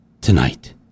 tonight